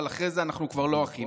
אבל אחרי זה אנחנו כבר לא אחים.